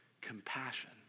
Compassion